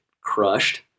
crushed